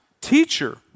teacher